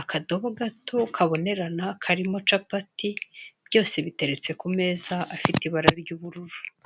akadobo gato kabonerana karimo capati byose biteretse ku meza afite ibara ry'ubururu.